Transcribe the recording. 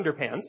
underpants